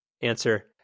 Answer